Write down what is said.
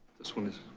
this one is.